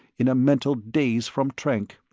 in a mental daze from trank.